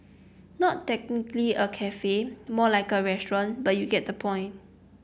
not technically a cafe more like a restaurant but you get the point